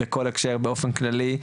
בכל הקשר באופן כללי,